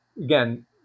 again